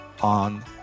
on